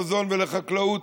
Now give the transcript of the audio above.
למזון ולחקלאות,